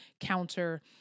counter